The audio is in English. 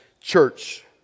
Church